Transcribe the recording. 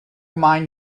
mind